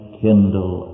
kindle